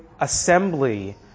assembly